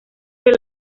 del